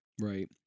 Right